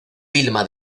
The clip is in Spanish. vilma